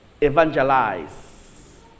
Evangelize